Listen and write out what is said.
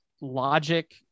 logic